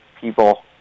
people